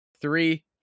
Three